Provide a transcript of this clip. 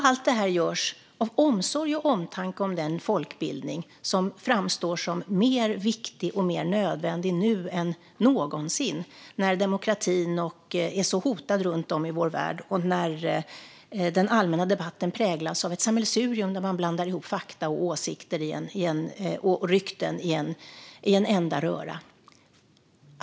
Allt det här görs av omsorg och omtanke om den folkbildning som framstår som mer viktig och mer nödvändig nu än någonsin, när demokratin är så hotad runt om i vår värld och när den allmänna debatten präglas av ett sammelsurium av fakta, åsikter och rykten i en enda röra.